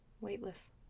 weightless